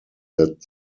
that